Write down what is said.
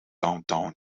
downtown